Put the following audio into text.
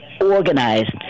organized